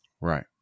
Right